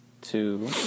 two